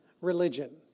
religion